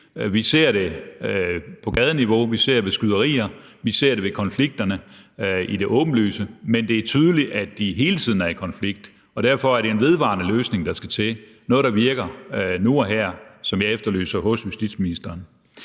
Vi ser det på gadeniveau, vi ser det ved skyderier, vi ser det på konflikterne i det åbenlyse, men det er tydeligt, at de hele tiden er i konflikt. Derfor er det en vedvarende løsning, der skal til, altså noget, som virker nu og her. Det efterlyser jeg hos justitsministeren.